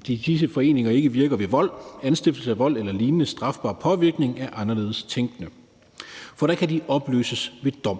at disse foreninger ikke virker ved vold, anstiftelse af vold eller lignende strafbar påvirkning af anderledes tænkende. For så kan de opløses ved dom,